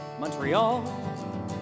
Montreal